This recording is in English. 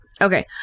Okay